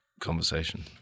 conversation